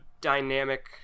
dynamic